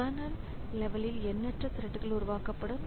kernel லெவலில் எண்ணற்ற த்ரெட்கள் உருவாக்கப்படும்